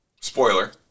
Spoiler